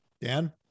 dan